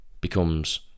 becomes